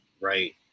right